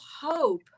hope